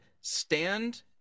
stand